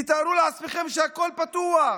תתארו לעצמכם שהכול פתוח.